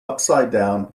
upsidedown